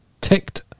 ticked